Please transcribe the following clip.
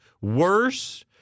worse